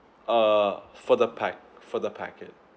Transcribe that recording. err for the pack for the packet